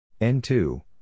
N2